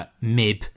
MIB